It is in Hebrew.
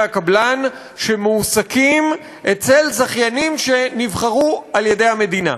הקבלן שמועסקים אצל זכיינים שנבחרו על-ידי המדינה,